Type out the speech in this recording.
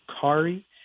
Kari